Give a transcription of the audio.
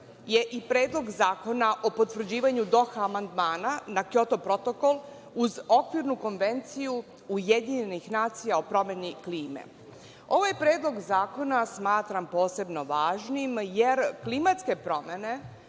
je i Predlog zakona o potvrđivanju Doha amandmana, na Kjoto protokol uz okvirnu Konvenciju UN o promeni klime. Ovaj Predlog zakona smatram posebno važnim, jer klimatske promene